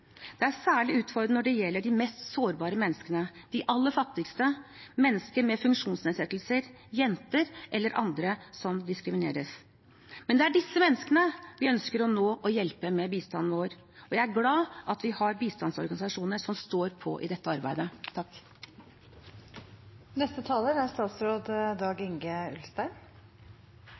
Det er særlig utfordrende når det gjelder de mest sårbare menneskene, de aller fattigste, mennesker med funksjonsnedsettelser, jenter eller andre som diskrimineres. Men det er disse menneskene vi ønsker å nå og hjelpe med bistanden vår, og jeg er glad for at vi har bistandsorganisasjoner som står på i dette arbeidet. Det er en viktig sak vi behandler i dag.